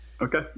Okay